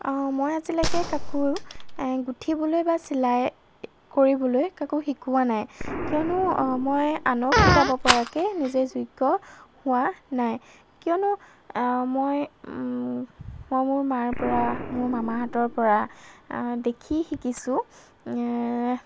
মই আজিলৈকে কাকো গুঠিবলৈ বা চিলাই কৰিবলৈ কাকো শিকোৱা নাই কিয়নো মই আনক শিকাব পৰাকৈ নিজে যোগ্য হোৱা নাই কিয়নো মই মই মোৰ মাৰ পৰা মোৰ মামাহঁতৰ পৰা দেখি শিকিছোঁ